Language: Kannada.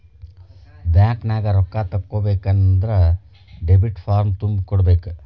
ಬ್ಯಾಂಕ್ನ್ಯಾಗ ರೊಕ್ಕಾ ತಕ್ಕೊಬೇಕನ್ದ್ರ ಡೆಬಿಟ್ ಫಾರ್ಮ್ ತುಂಬಿ ಕೊಡ್ಬೆಕ್